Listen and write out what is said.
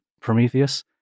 Prometheus